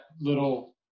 little